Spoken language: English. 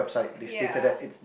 ya